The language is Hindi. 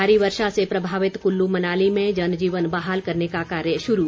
भारी वर्षा से प्रभावित कुल्लू मनाली में जनजीवन बहाल करने का कार्य शुरू